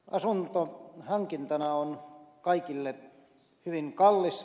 asunto hankintana on kaikille hyvin kallis